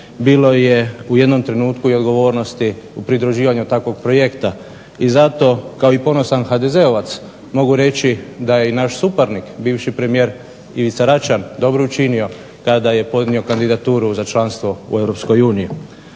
bilo je u jednom trenutku i odgovornosti u pridruživanju takvog projekta. I zato, kao i ponosan HDZ-ovac, mogu reći da je i naš suparnik, bivši premijer Ivica Račan, dobro učinio kada je podnio kandidaturu za članstvo u EU.